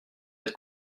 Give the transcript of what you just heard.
être